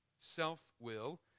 self-will